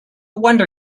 wonder